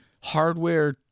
hardware